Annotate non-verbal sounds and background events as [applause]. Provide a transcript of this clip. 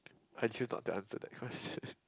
I choose not to answer that question [laughs]